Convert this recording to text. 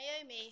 Naomi